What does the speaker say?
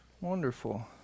Wonderful